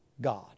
God